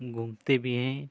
घूमते भी हैं